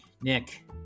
Nick